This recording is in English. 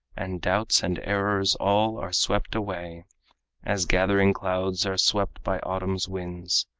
and doubts and errors all are swept away as gathering clouds are swept by autumn's winds.